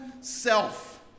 self